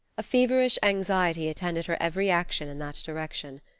a feverish anxiety attended her every action in that direction.